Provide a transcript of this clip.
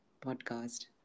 podcast